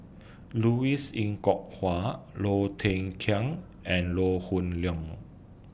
Louis Ng Kok Kwang Low Thia Khiang and Low Hoon Leong